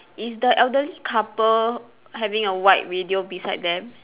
is the elderly couple having a white radio beside them